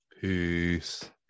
Peace